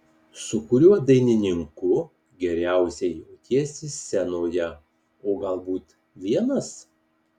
su kuriuo dainininku geriausiai jautiesi scenoje o galbūt vienas